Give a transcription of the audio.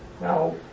Now